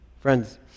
Friends